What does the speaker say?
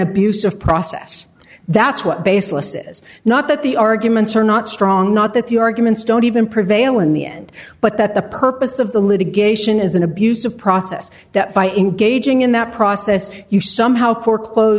of process that's what baseless is not that the arguments are not strong not that the arguments don't even prevail in the end but that the purpose of the litigation is an abuse of process that by engaging in that process you somehow for